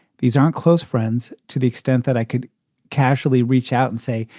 these aren't close friends. to the extent that i could casually reach out and say,